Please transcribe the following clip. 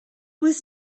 was